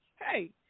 hey